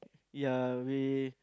ya we